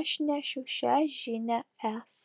aš nešiu šią žinią es